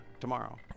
Tomorrow